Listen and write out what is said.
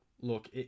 Look